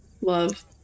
love